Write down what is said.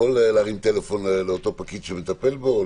יכול להרים טלפון לאותו פקיד שמטפל בו.